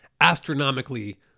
astronomically